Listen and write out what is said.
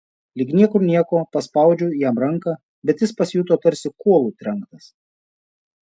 lyg niekur nieko paspaudžiau jam ranką bet jis pasijuto tarsi kuolu trenktas